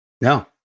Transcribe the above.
No